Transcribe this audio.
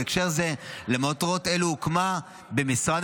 בהקשר זה יצוין כי למטרות אלו הוקמה במשרד